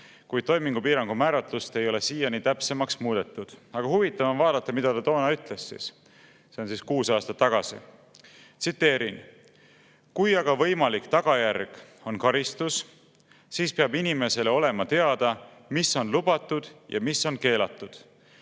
kuid toimingupiirangu määratlust ei ole siiani täpsemaks muudetud. Aga huvitav on vaadata, mida ta toona siis ütles. See on siis kuus aastat tagasi. Tsiteerin: "Kui aga võimalik tagajärg on karistus, siis peab inimesele olema teada, mis on lubatud ja mis on keelatud.